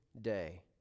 day